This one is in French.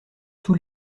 tous